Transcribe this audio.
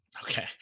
Okay